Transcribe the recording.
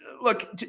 look